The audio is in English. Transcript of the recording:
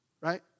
Right